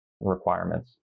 requirements